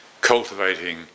cultivating